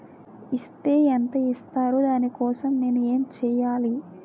Is తే ఎంత ఇస్తారు దాని కోసం నేను ఎంచ్యేయాలి?